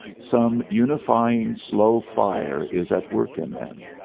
some unifying slow fire is at work in them.